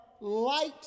light